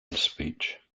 speech